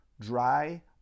dry